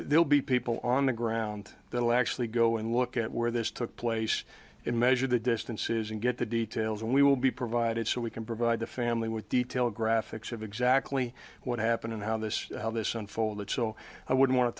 they'll be people on the ground that will actually go and look at where this took place in measure the distances and get the details and we will be provided so we can provide the family with detailed graphics of exactly what happened and how this how this unfolded so i wouldn't want to